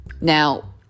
Now